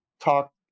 talk